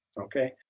okay